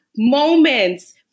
moments